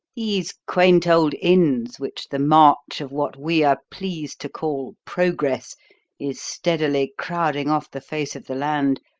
these quaint old inns, which the march of what we are pleased to call progress is steadily crowding off the face of the land,